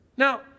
Now